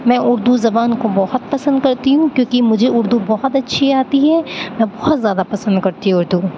میں اردو زبان کو بہت پسند کرتی ہوں کیوں کہ اردو مجھے بہت اچھی آتی ہے میں بہت زیادہ پسند کرتی ہوں اردو